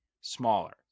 smaller